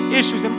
issues